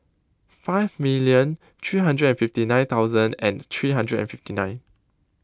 five million three hundred and fifty nine thousand and three hundred and fifty nine